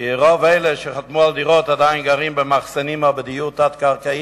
כי רוב אלה שחתמו על דירות עדיין גרים במחסנים או בדיור תת-קרקעי,